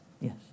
Yes